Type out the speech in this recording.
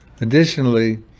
Additionally